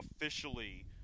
officially